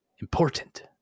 important